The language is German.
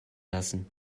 lassen